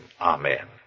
amen